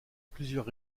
plusieurs